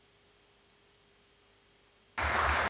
Hvala